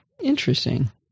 interesting